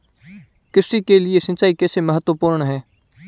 कृषि के लिए सिंचाई कैसे महत्वपूर्ण है?